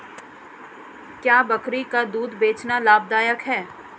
क्या बकरी का दूध बेचना लाभदायक है?